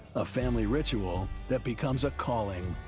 a family ritual that becomes a calling.